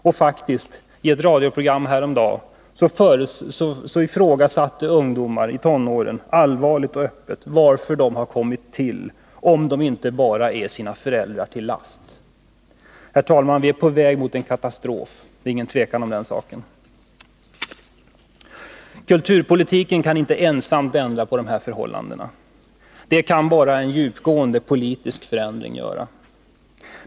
Och faktiskt — i ett radioprogram häromdagen ifrågasatte ungdomar i tonåren allvarligt och öppet varför de har kommit till, om de inte bara är sina föräldrar till last. Herr talman! Vi är på väg mot en katastrof, det är inget tvivel om den saken. Kulturpolitiken kan inte ensam ändra på dessa förhållanden. Det kan bara en djupgående politisk förändring göra.